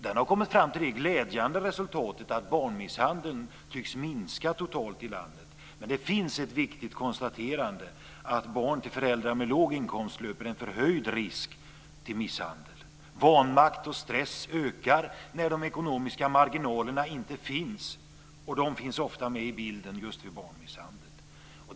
Man har kommit fram till det glädjande resultatet att barnmisshandeln tycks minska totalt i landet. Men det finns ett viktigt konstaterande, och det är att barn till föräldrar med låg inkomst löper en förhöjd risk att bli misshandlade. Vanmakt och stress ökar när de ekonomiska marginalerna inte finns, och det finns ofta med i bilden just vid barnmisshandel.